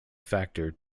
factor